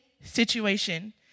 situation